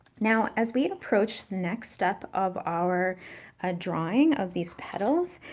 now as we approach the next step of our ah drawing of these petals,